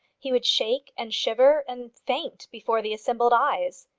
he would shake and shiver and faint before the assembled eyes.